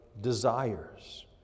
desires